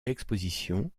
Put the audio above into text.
expositions